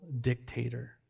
dictator